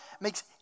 makes